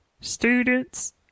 students